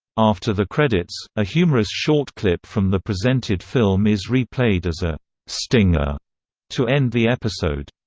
after the credits, a humorous short clip from the presented film is replayed as a stinger to end the episode.